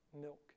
milk